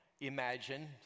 Imagine